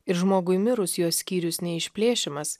ir žmogui mirus jos skyrius ne išplėšiamas